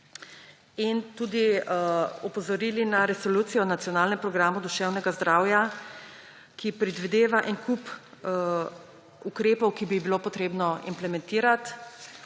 in tudi opozorili na Resolucijo nacionalnega programa duševnega zdravja, ki predvideva en kup ukrepov, ki bi jih bilo potrebno implementirati.